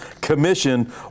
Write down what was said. Commission